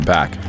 back